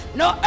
no